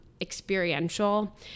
experiential